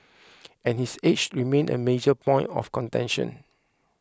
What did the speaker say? and his age remain a major point of contention